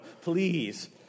please